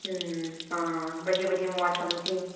आं बड्डियां बड्डियां मबारखां तुसेंगी